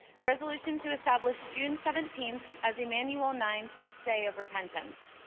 resolution to establish june seventeen as emmanuel nine feast day of repentance.